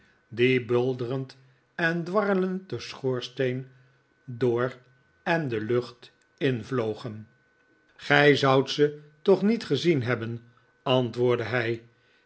die bulderend en dwarrelend den schoorsteen door en de lucht invlogen gij zourit ze toch niet gezien hebben antwoordde hij